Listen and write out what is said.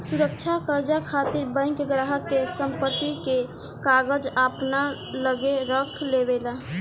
सुरक्षा कर्जा खातिर बैंक ग्राहक के संपत्ति के कागज अपना लगे रख लेवे ला